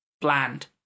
bland